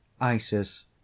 Isis